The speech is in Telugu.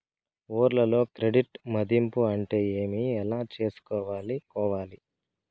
ఊర్లలో క్రెడిట్ మధింపు అంటే ఏమి? ఎలా చేసుకోవాలి కోవాలి?